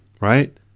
right